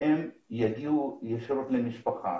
הם יגיעו ישירות למשפחה,